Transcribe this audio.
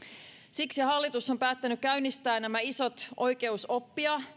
siksi hallitus on päättänyt käynnistää nämä isot oikeus oppia